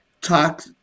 talk